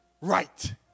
right